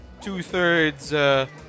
two-thirds